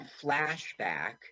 flashback